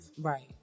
right